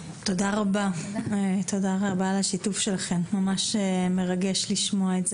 תודה רבה על השיתוף שלכן, ממש מרגש לשמוע את זה.